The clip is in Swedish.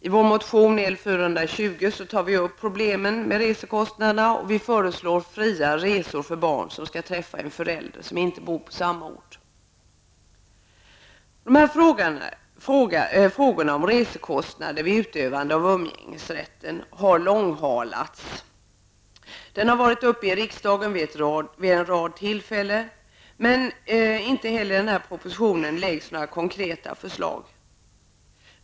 I vår motion L427 tar vi upp problemen med resekostnader och föreslår fria resor för barn som skall träffa en förälder som inte bor på samma ort. Frågan om resekostnader vid utövande av umgängesrätten har långhalats. Den har varit uppe i riksdagen vid en rad tillfällen, men inte heller i den här propositionen läggs det fram några konkreta förslag.